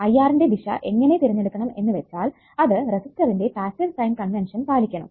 IR ന്റെ ദിശ എങ്ങനെ തിരഞ്ഞെടുക്കണം എന്ന് വെച്ചാൽ അത് റെസിസ്റ്ററിന്റെ പാസ്സീവ് സൈൻ കൺവെൻഷൻ പാലിക്കണം